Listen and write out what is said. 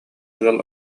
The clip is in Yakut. ыал